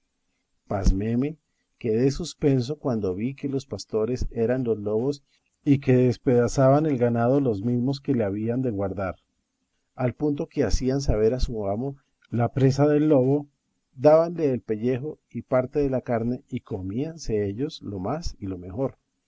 lobo pasméme quedé suspenso cuando vi que los pastores eran los lobos y que despedazaban el ganado los mismos que le habían de guardar al punto hacían saber a su amo la presa del lobo dábanle el pellejo y parte de la carne y comíanse ellos lo más y lo mejor